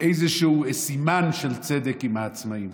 איזה סימן של צדק עם העצמאים,